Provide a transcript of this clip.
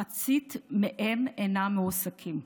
מחצית מהם אינם מועסקים.